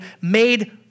made